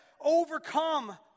overcome